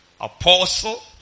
apostle